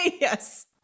Yes